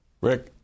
Rick